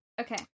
Okay